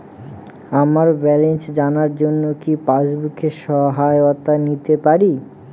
আমার ব্যালেন্স জানার জন্য কি পাসবুকের সহায়তা নিতে পারি?